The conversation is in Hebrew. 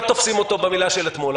לא תופסים אותו במילה של אתמול,